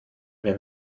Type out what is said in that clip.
mir